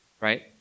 Right